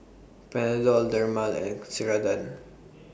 Panadol Dermale and Ceradan